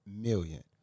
million